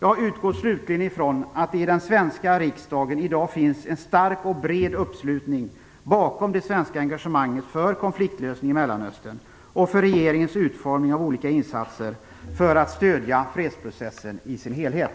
Jag utgår slutligen ifrån att det i den svenska riksdagen i dag finns en stark och bred uppslutning bakom det svenska engagemanget för konfliktlösning i Mellanöstern och för regeringens utformning av olika insatser för att stödja fredsprocessen i dess helhet.